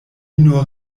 nur